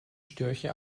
störche